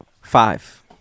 Five